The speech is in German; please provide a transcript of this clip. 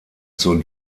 zur